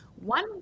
one